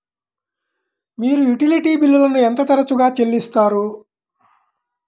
మీరు యుటిలిటీ బిల్లులను ఎంత తరచుగా చెల్లిస్తారు?